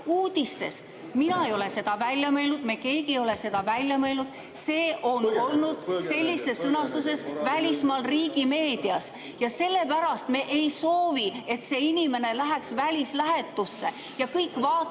uudistes. Mina ei ole seda välja mõelnud, me keegi ei ole seda välja mõelnud. See on olnud sellises sõnastuses välismaal riigimeedias. Sellepärast me ei soovi, et see inimene läheks välislähetusse ja kõik vaataksid